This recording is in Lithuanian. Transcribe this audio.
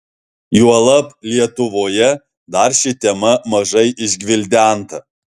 juolab lietuvoje dar ši tema mažai išgvildenta